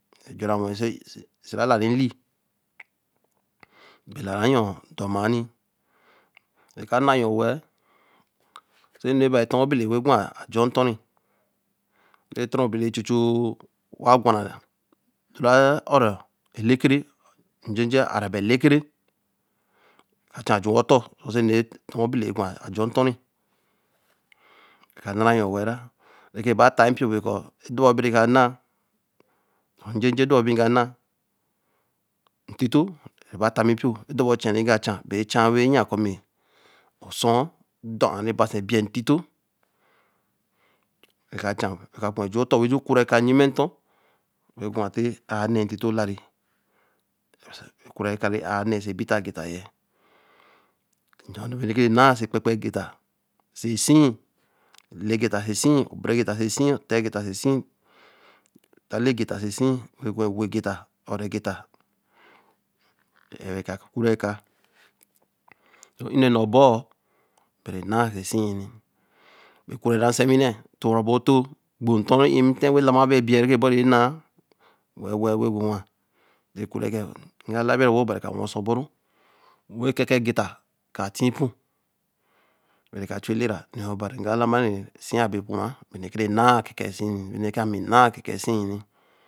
se re lare mni, be la ra yo dor ma nni, re ka na yo we-l, se nure beni oton wen a bele eāa wen gwa a jor tonre, re ton ra bele eāa wen gwa re Ō rō elekere, j̄e j̄e ā ā ra ba elekere, ma chajuwa oton rē ee sie ton a bele- eaā gwa ājo ton re, rekanarayo weh ra, rekereba tta yin npio be koō, do bo bareka na nj̄ej̄e dor bo bigana, ntito re ba tami npio, do bol chen re ki ga chen beē chen wen yiya koō mi osou dor eāā re base ō or ntito, nga chen wen be weh j̄u oton wen j̄uku ka lyin̄ne ton wen gwa ta ēaā nēe ntito olaā re kure eka be aā nn̄e ōso bite teta ye, yoō bire ki nn̄a kpa-kpa ketta ōso sii, n̄ne gett so sii, bere getta sosii ttāa getta so sii, ttāa lēe getta oso sii, e-wo getta, ō-fō getta, re ka ku re kāa ēn̄ne-n̄ne bol, be re n̄na so sii ya yi, ku re ra siewiina to ra ba otōo, gbo nton re la na ba ebei re bora nna- weh-weh wen gwa-gwe kureka, i ga la bi yo obari ka wen se bol ru, wen ken-ken getta isa ti po wen re ka chu elera n̄ne obari, nga la ma ru ēsii a bere kura be nura n̄nāa kpa-kpa sii bere mi naā kpa-kpa sii